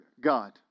God